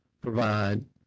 provide